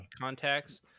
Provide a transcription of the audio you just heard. contacts